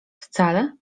wcale